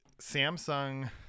Samsung